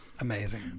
Amazing